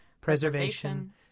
preservation